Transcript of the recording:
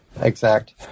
exact